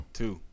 two